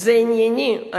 זה ענייני.